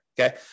okay